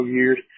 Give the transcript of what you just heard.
years